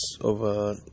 over